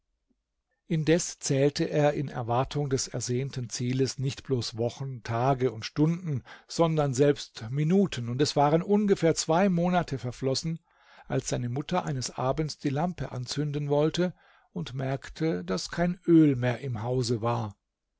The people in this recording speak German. indes zählte er in erwartung des ersehnten zieles nicht bloß wochen tage und stunden sondern selbst minuten und es waren ungefähr zwei monate verflossen als seine mutter eines abends die lampe anzünden wollte und merkte daß kein öl mehr im hause war